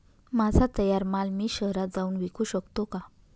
माझा तयार माल मी शहरात जाऊन विकू शकतो का?